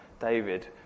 David